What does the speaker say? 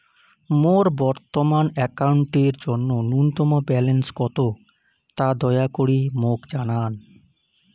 মোর বর্তমান অ্যাকাউন্টের জন্য ন্যূনতম ব্যালেন্স কত তা দয়া করি মোক জানান